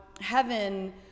Heaven